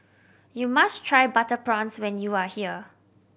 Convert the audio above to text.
you must try butter prawns when you are here